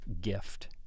gift